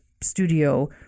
studio